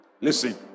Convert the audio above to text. Listen